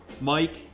Mike